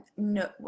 no